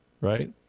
right